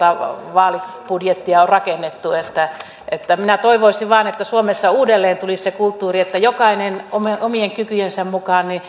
vaalibudjettia on rakennettu että että minä toivoisin vain että suomessa uudelleen tulisi se kulttuuri että jokainen omien omien kykyjensä mukaan